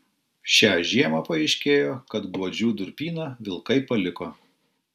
šią žiemą paaiškėjo kad guodžių durpyną vilkai paliko